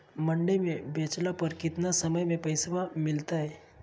मंडी में बेचला पर कितना समय में पैसा मिलतैय?